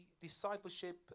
discipleship